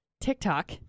TikTok